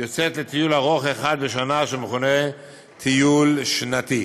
יוצאת לטיול ארוך אחד בשנה אשר מכונה 'טיול שנתי'.